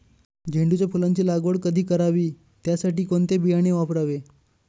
झेंडूच्या फुलांची लागवड कधी करावी? त्यासाठी कोणते बियाणे वापरावे?